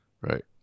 Right